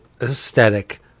aesthetic